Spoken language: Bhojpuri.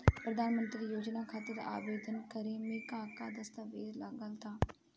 प्रधानमंत्री योजना खातिर आवेदन करे मे का का दस्तावेजऽ लगा ता?